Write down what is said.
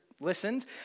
listened